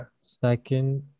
Second